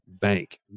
bank